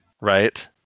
right